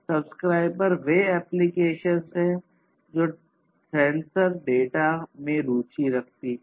subscriber वे applications है जो सेंसर डाटा में रुचि रखती है